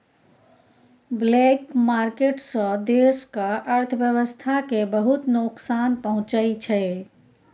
black market सँ देशक अर्थव्यवस्था केँ बहुत नोकसान पहुँचै छै